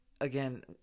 again